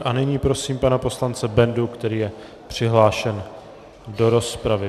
A nyní prosím pana poslance Bendu, který je přihlášen do rozpravy.